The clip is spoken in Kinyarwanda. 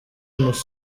nous